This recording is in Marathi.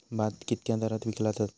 भात कित्क्या दरात विकला जा?